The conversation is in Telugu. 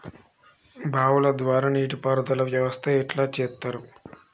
బావుల ద్వారా నీటి పారుదల వ్యవస్థ ఎట్లా చేత్తరు?